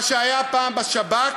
מה שהיה פעם בשב"כ,